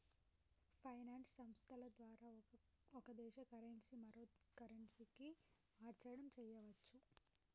finance సంస్థల ద్వారా ఒక దేశ కరెన్సీ మరో కరెన్సీకి మార్చడం చెయ్యచ్చు